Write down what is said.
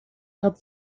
hat